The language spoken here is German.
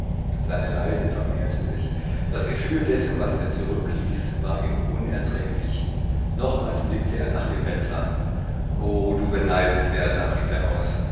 seine leiden vermehrten sich das gefühl dessen was er zurückließ war ihm unerträglich nochmals blickte er nach dem bettler o du beneidenswerter rief er aus